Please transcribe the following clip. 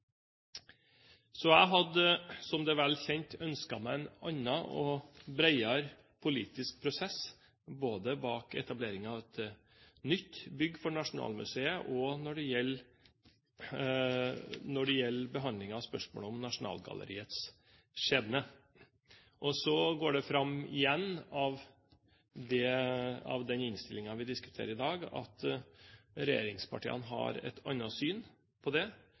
Jeg hadde, som det er vel kjent, ønsket meg en annen og bredere politisk prosess både bak etableringen av et nytt bygg for Nasjonalmuseet og når det gjelder behandlingen av spørsmålet om Nasjonalgalleriets skjebne. Så går det fram – igjen – av den innstillingen vi diskuterer i dag, at regjeringspartiene har et annet syn på det.